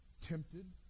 tempted